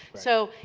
so,